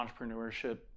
entrepreneurship